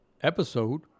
episode